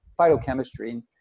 phytochemistry